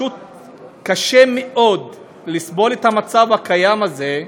קשה מאוד לסבול את המצב הקיים הזה,